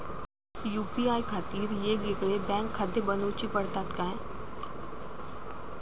UPI खातीर येगयेगळे बँकखाते बनऊची पडतात काय?